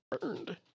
Burned